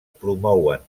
promouen